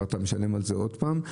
אתה משלם על זה עוד פעם,